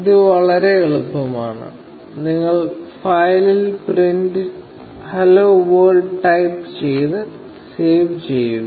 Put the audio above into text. ഇത് വളരെ എളുപ്പമാണ് നിങ്ങൾ ഫയലിൽ പ്രിന്റ് ഹലോ വേൾഡ് ടൈപ്പ് ചെയ്ത് സേവ് ചെയ്യുക